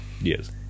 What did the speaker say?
Yes